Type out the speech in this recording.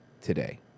today